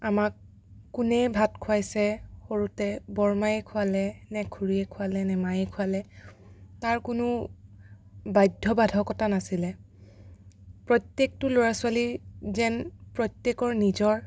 আমাক কোনে ভাত খুৱাইছে সৰুতে বৰমাই খুৱালে নে খুৰীয়ে খুৱালে নে মায়ে খুৱালে তাৰ কোনো বাধ্য় বাধকতা নাছিলে প্ৰত্য়েকটো ল'ৰা ছোৱালী যেন প্ৰত্য়েকৰ নিজৰ